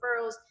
referrals